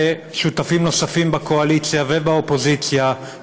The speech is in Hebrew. ושותפים נוספים בקואליציה ובאופוזיציה,